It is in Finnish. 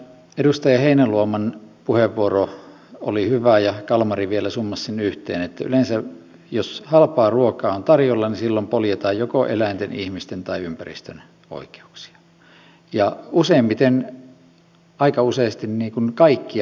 edustaja heinäluoman puheenvuoro oli hyvä ja kalmari vielä summasi sen yhteen että yleensä jos halpaa ruokaa on tarjolla silloin poljetaan joko eläinten ihmisten tai ympäristön oikeuksia ja useimmiten aika useasti kaikkia näistä yhtä aikaa